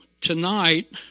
tonight